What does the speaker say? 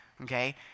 okay